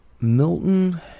Milton